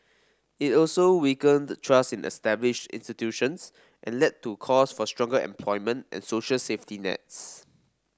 it also weakened trust in established institutions and led to calls for stronger employment and social safety nets